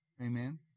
Amen